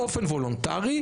באופן וולונטרי,